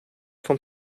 vom